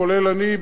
כולל אני,